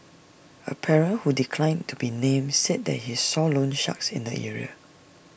A parent who declined to be named said that he saw loansharks in the area